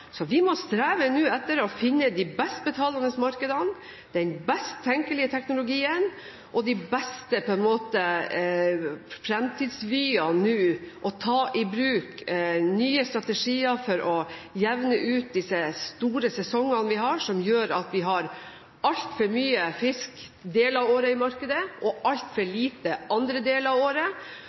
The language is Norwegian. Vi må nå streve etter å finne de best betalende markedene, den best tenkelige teknologien og de beste fremtidsvyene, og ta i bruk nye strategier for å jevne ut disse store sesongene vi har, som gjør at vi har altfor mye fisk i markedet deler av året og altfor lite andre deler av året.